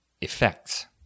effects